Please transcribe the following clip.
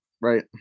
Right